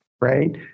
Right